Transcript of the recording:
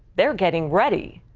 they're getting ready.